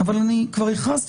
אבל זה דיון אחר.